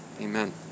Amen